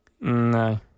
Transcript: no